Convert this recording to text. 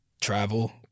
travel